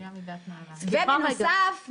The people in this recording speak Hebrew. בנוסף,